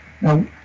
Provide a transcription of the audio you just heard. Now